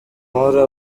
uhora